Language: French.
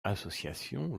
associations